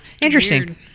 Interesting